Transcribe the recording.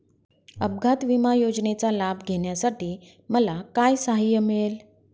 अपघात विमा योजनेचा लाभ घेण्यासाठी मला काय सहाय्य मिळेल?